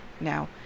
Now